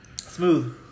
Smooth